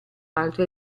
altre